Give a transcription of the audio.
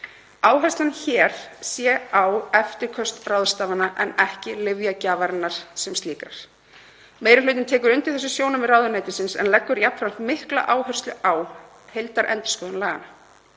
Áherslan hér sé á eftirköst „ráðstafana“ en ekki lyfjagjafarinnar sem slíkrar. Meiri hlutinn tekur undir þessi sjónarmið ráðuneytisins en leggur jafnframt mikla áherslu á heildarendurskoðun laganna.